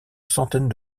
centaine